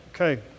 okay